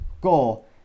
goal